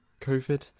covid